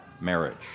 marriage